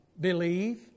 believe